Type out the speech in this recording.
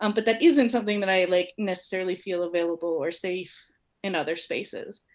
um but that isn't something that i like necessarily feel available or safe in other spaces.